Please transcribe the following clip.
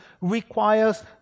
requires